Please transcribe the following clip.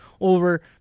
over